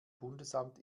bundesamt